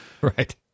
Right